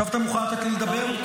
עכשיו אתה מוכן לתת לי לדבר?